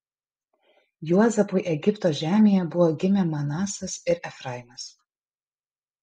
juozapui egipto žemėje buvo gimę manasas ir efraimas